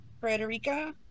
Frederica